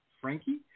Frankie